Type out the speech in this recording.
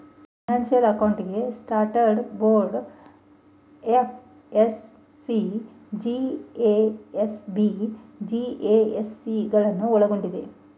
financial accounting standard board FAC, GASB, GASC ಗಳನ್ನು ಒಳ್ಗೊಂಡಿದೆ